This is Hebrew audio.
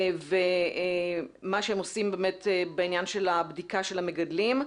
ומה שהם עושים בעניין של הבדיקה של המגדלים.